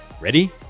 Ready